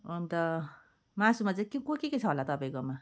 अन्त मासुमा चाहिँ के के छ होला तपाईँकोमा